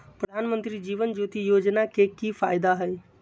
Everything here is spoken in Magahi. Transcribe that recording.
प्रधानमंत्री जीवन ज्योति योजना के की फायदा हई?